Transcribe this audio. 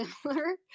similar